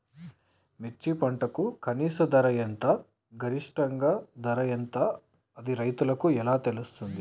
మిర్చి పంటకు కనీస ధర ఎంత గరిష్టంగా ధర ఎంత అది రైతులకు ఎలా తెలుస్తది?